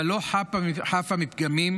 אבל לא חפה מפגמים,